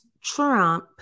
Trump